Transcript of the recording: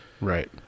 Right